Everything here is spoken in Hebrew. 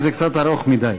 כי זה קצת ארוך מדי.